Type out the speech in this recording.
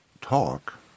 talk